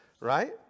Right